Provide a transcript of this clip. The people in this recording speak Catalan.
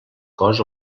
cos